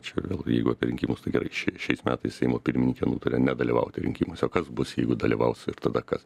čia gal jeigu apie rinkimus tai gerai šiai šiais metais seimo pirmininkė nutarė nedalyvauti rinkimuose o kas bus jeigu dalyvaus ir tada kas